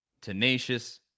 tenacious